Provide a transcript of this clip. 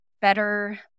better